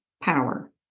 power